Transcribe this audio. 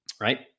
Right